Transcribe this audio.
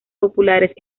populares